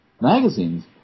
magazines